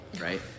right